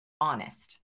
honest